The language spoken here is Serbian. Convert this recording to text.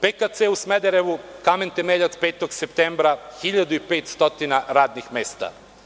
PKC“ u Smederevu, kamen temeljac 5. septembra, 1.500 radnih mesta.